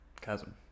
Chasm